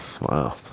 Wow